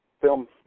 Film